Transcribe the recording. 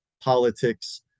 politics